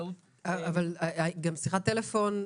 שיחת טלפון,